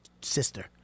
sister